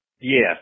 yes